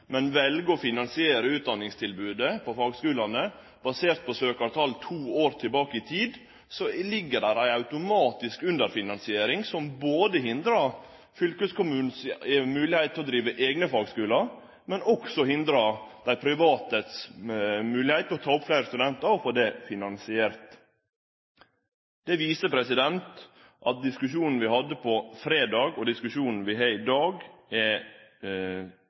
men vel å finansiere utdanningstilbodet på fagskulane basert på søkjartal to år tilbake i tid, så ligg det her ei automatisk underfinansiering som hindrar fylkeskommunens moglegheit til å drive eigne fagskular, men som også hindrar dei privates moglegheit til å ta opp fleire studentar og få det finansiert. Dette viser at diskusjonen vi hadde fredag, og diskusjonen vi har i dag, er